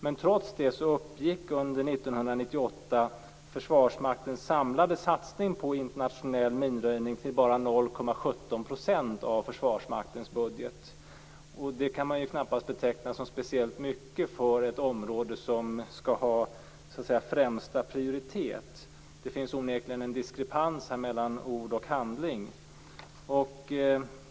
Trots det uppgick under 1998 Försvarsmaktens samlade satsning på internationell minröjning till bara 0,17 % av Försvarsmaktens budget. Det kan man ju knappast beteckna som speciellt mycket för ett område som skall ha högsta prioritet. Det finns onekligen en diskrepans här mellan ord och handling.